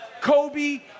kobe